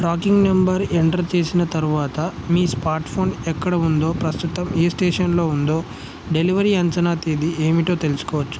tracking number enter చేసిన తరువాత మీ స్మార్ట్ ఫోన్ ఎక్కడ ఉందో ప్రస్తుతం ఏ స్టేషన్లో ఉందో డెలివరీ అంచనా తేదీ ఏమిటో తెలుసుకోవచ్చు